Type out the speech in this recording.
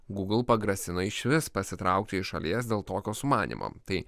gūgl pagrasino išvis pasitraukti iš šalies dėl tokio sumanymo tai